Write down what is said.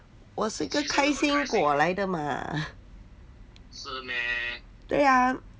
我是一个开心果来的嘛对呀